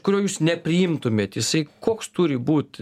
kurio jūs nepriimtumėt jisai koks turi būt